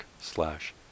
slash